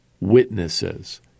witnesses